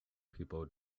people